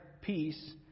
peace